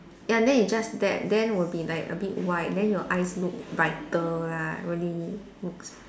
ya then you just dab then will be like a bit white then your eyes look brighter ah really